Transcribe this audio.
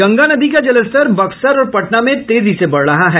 गंगा नदी का जलस्तर बक्सर और पटना में तेजी से बढ़ रहा है